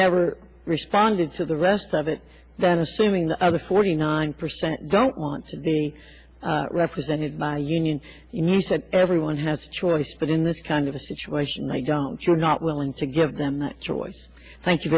never responded to the rest of it than assuming the other forty nine percent don't want to be represented by you and you said everyone has a choice but in this kind of a situation they don't you're not willing to give them that choice thank you